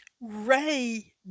Ray